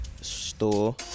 store